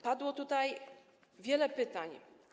Padło tutaj wiele pytań.